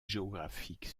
géographique